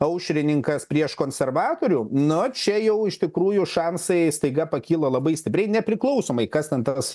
aušrininkas prieš konservatorių nu čia jau iš tikrųjų šansai staiga pakyla labai stipriai nepriklausomai kas ten tas